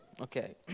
okay